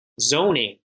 zoning